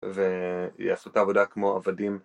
ויעשו את העבודה כמו עבדים.